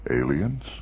Aliens